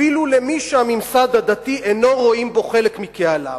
אפילו למי שהממסד הדתי אינו רואה בו חלק מקהלו.